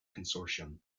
consortium